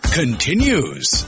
continues